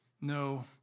No